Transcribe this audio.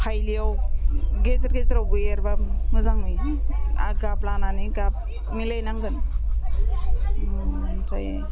फाइलियाव गेजेर गेजेरावबो एरबा मोजां नुयो आरो गाब लानानै गाब मिलायनांगोन ओमफ्राय